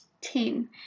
Team